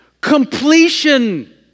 Completion